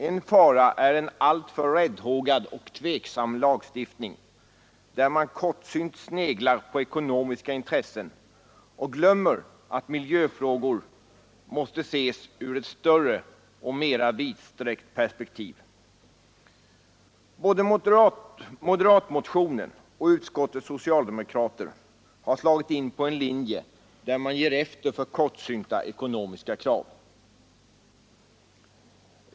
En fara är en alltför räddhågad och tveksam lagstiftning, där man kortsynt sneglar på ekonomiska intressen och glömmer att miljöfrågor måste ses ur större och mera vidsträckt perspektiv. Både moderatmotionen och utskottets socialdemokrater har slagit in på en linje där man ger efter för kortsynta ekonomiska krav.